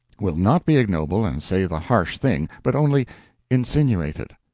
will not be ignoble and say the harsh thing, but only insinuate it.